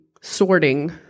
sorting